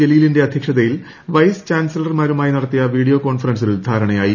ജലീലിന്റെ അദ്ധ്യക്ഷതയിൽ വൈസ് ചാൻസലർമാരുമായി നടത്തിയ വീഡിയോ കോൺഫറൻസിൽ ധാരണയായി